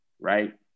right